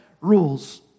rules